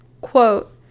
quote